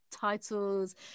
titles